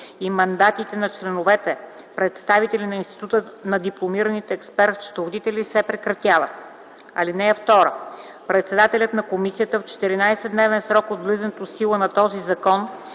и мандатите на членовете – представители на Института на дипломираните експерт-счетоводители, се прекратява. (2) Председателят на комисията в 14-дневен срок от влизането в сила на този закон